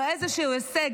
לאיזשהו הישג,